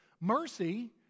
Mercy